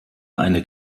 eine